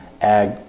ag